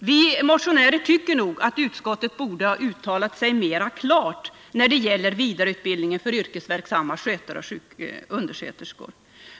Vi motionärer tycker att utskottet borde ha uttalat sig mer klart när det gäller vidareutbildning för yrkesverksamma skötare och undersköterskor.